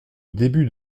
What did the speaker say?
début